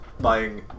Buying